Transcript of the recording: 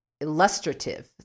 illustrative